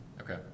okay